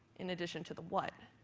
in addition to the what.